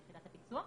זו יחידת הפיצוח,